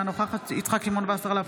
אינה נוכחת יצחק שמעון וסרלאוף,